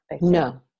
No